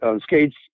skates